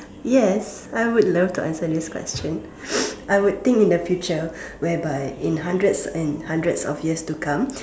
yes I would love to answer this question I would think in the future whereby in hundreds in hundreds of years to come